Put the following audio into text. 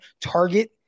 target